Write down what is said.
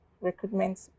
recruitment